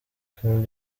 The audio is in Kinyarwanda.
king